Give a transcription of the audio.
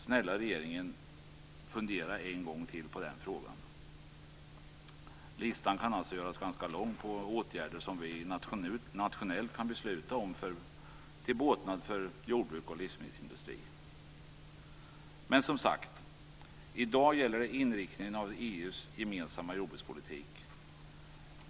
Snälla regeringen, fundera en gång till på den frågan! Listan kan alltså göras ganska lång på åtgärder som vi nationellt kan besluta om till båtnad för jordbruk och livsmedelsindustri. Men som sagt, i dag gäller det inriktningen av EU:s gemensamma jordbrukspolitik.